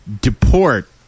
deport